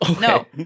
No